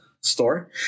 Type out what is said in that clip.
store